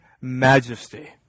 majesty